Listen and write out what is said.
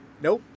Nope